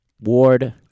Ward